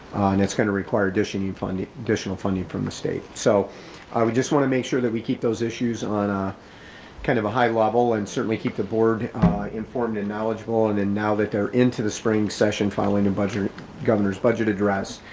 and it's gonna require additional funding additional funding from mistake. so we just wanna make sure that we keep those issues on a kind of a high level and certainly keep the board informed and knowledgeable and and now that they're into the spring session filing the governor's budget governor's budget address,